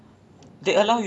ya because like